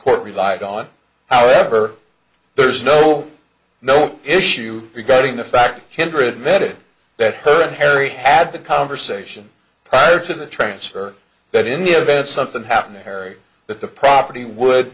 court relied on however there's no no issue regarding the fact kindred netted that her and harry had the conversation prior to the transfer but in the event something happening harry that the property would